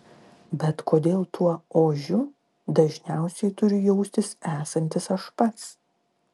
bet kodėl tuo ožiu dažniausiai turiu jaustis esantis aš pats